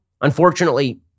unfortunately